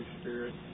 Spirit